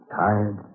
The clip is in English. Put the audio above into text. tired